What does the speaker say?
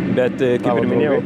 bet kaip ir minėjau